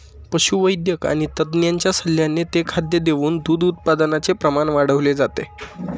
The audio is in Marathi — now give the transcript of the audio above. पशुवैद्यक आणि तज्ञांच्या सल्ल्याने ते खाद्य देऊन दूध उत्पादनाचे प्रमाण वाढवले जाते